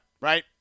right